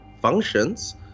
functions